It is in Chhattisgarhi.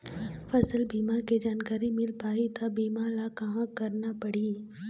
फसल बीमा के जानकारी मिल पाही ता बीमा ला कहां करना पढ़ी?